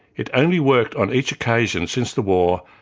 it only worked on each occasion since the war,